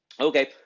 Okay